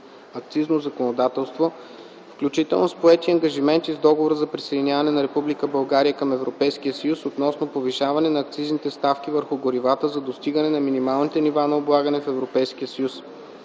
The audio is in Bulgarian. акцизно законодателство, включително с поети ангажименти с Договора за присъединяване на Република България към Европейския съюз относно повишаване на акцизните ставки върху горивата за достигане на минималните нива на облагане в